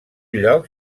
lloc